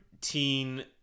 teen